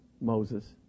moses